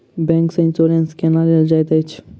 bank सँ insurance केना लेल जाइत अछि